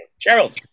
Gerald